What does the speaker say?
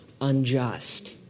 unjust